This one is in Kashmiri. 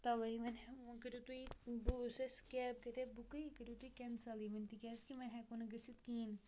تَوَے وۄنۍ وٕ کٔرِو تُہۍ بہٕ یُس اَسہِ کٮ۪ب کَرے بُکٕے کٔرِو تُہۍ کٮ۪نسَلٕے ؤنۍ تِکیٛازِکہِ وۄنۍ ہٮ۪کو نہٕ گٔژھِتھ کِہیٖنۍ